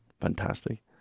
fantastic